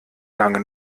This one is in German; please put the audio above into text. lange